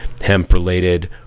hemp-related